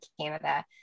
Canada